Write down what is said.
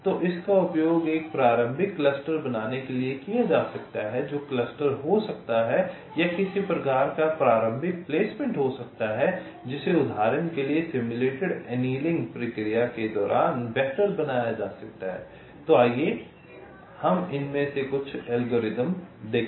तो इसका उपयोग एक प्रारंभिक क्लस्टर बनाने के लिए किया जा सकता है जो क्लस्टर हो सकता है या किसी प्रकार का प्रारंभिक प्लेसमेंट हो सकता है जिसे उदाहरण के लिए सिम्युलेटेड एनेलिंग प्रक्रिया के दौरान बेहतर बनाया जा सकता है तो आइए हम इनमें से कुछ एल्गोरिदम देखें